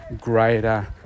greater